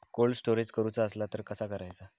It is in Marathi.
कोल्ड स्टोरेज करूचा असला तर कसा करायचा?